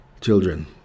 Children